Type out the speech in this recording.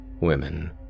Women